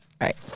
right